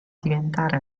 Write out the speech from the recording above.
diventare